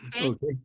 okay